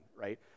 right